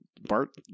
Bart